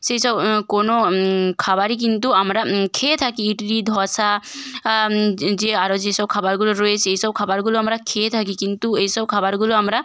সেই সব কোনো খাবারই কিন্তু আমরা খেয়ে থাকি ইডলি দোসা যে আরও যেসব খাবারগুলো রয়েছে এই সব খাবারগুলো আমরা খেয়ে থাকি কিন্তু এই সব খাবারগুলো আমরা